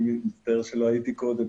אני מצטער שלא הייתי קודם,